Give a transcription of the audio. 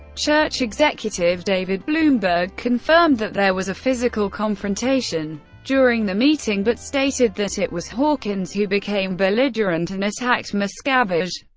church executive david bloomberg confirmed that there was a physical confrontation during the meeting, but stated that it was hawkins who became belligerent and attacked miscavige.